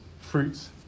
fruits